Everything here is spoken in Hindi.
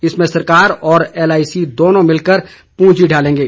इसमें सरकार और एल आई सी दोनों मिलकर पूंजी डालेंगे